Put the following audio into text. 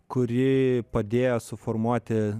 kuri padėjo suformuoti